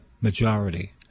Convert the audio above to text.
majority